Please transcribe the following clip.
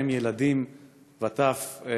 ובהם ילדים וטף,